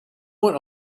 went